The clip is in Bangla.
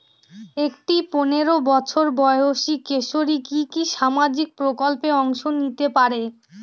একটি পোনেরো বছর বয়সি কিশোরী কি কি সামাজিক প্রকল্পে অংশ নিতে পারে?